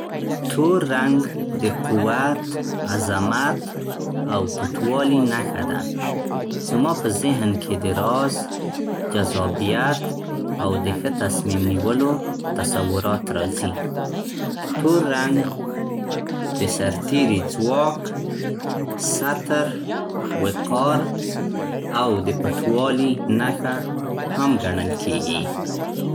تور رنګ د قوت، عظمت او پټوالي نښه ده. زما په ذهن کې د راز، جذابیت او د ښه تصمیم نيولو تصورات راځي. تور رنګ د سرتیري ځواک، ستر، وقار او د پټوالي نښه هم ګڼل کېږي.